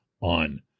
on